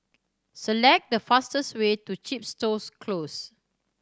select the fastest way to Chepstow Close